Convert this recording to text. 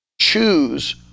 Choose